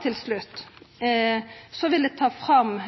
Til slutt vil eg ta fram